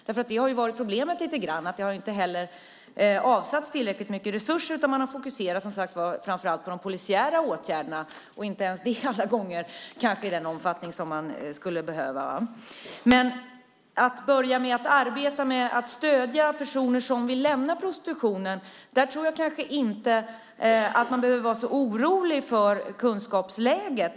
Det har ju lite grann varit problemet, att det inte har avsatts tillräckligt mycket resurser. Man har, som sagt, fokuserat framför allt på de polisiära åtgärderna, och man har kanske inte ens gjort det alla gånger i den omfattning som man skulle behöva. Men när det gäller att börja arbeta med att stödja personer som vill lämna prostitutionen tror jag kanske inte att man behöver vara så orolig för kunskapsläget.